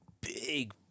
big